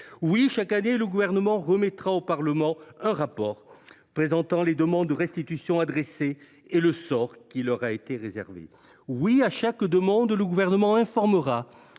Oui, chaque année, le Gouvernement remettra au Parlement un rapport présentant les demandes de restitutions adressées et le sort qui leur a été réservé. Oui, à chaque demande, le Gouvernement informera